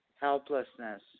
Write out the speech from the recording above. Helplessness